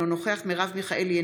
אינו נוכח מרב מיכאלי,